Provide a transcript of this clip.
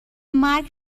مرگ